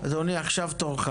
אדוני עכשיו תורך